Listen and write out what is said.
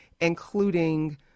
including